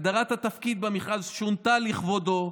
הגדרת התפקיד במכרז שונתה לכבודו.